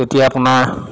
তেতিয়া আপোনাৰ